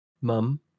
mum